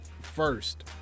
First